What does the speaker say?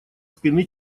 спины